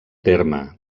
terme